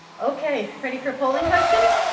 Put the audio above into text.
okay. ready for a polling question?